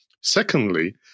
Secondly